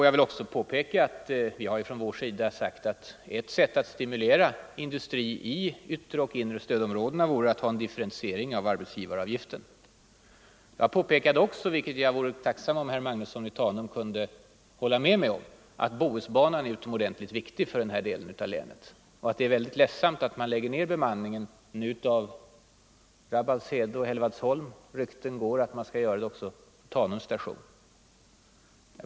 Jag vill också påpeka att vi inom folkpartiet har sagt att en differentiering av arbetsgivaravgiften vore ett sätt att stimulera industrin i yttre och inre stödområden. Jag nämnde också att Bohusbanan är utomordentligt viktig för den här delen av länet. Det är väldigt ledsamt att SJ nu lägger ner bemanningen vid stationerna Rabbalshede och Hällevadsholm, och rykten går om att det skall ske även vid Tanums station.